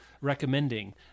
recommending